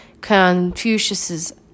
Confucius's